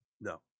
No